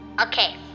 Okay